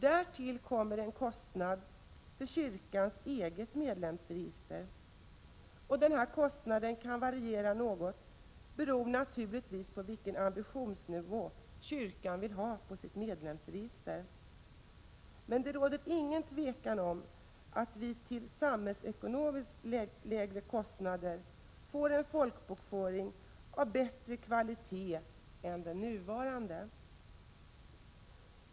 Därtill kommer en kostnad för kyrkans eget medlemsregister. Denna kostnad kan naturligtvis variera något beroende på vilken ambitionsnivå kyrkan vill ha i fråga om sitt medlemsregister. Men det råder inget tvivel om att vi till samhällsekonomiskt lägre kostnad får en folkbokföring av bättre kvalitet än den nuvarande.